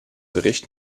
bericht